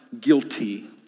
guilty